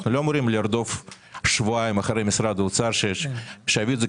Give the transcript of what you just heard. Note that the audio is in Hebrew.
אנחנו לא אמורים לרדוף שבועיים אחרי משרד האוצר כדי שיביא את זה.